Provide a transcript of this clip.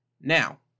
Now